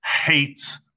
hates